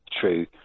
true